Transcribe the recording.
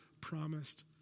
promised